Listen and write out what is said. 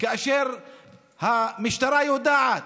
כאשר המשטרה יודעת,